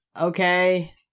Okay